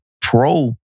pro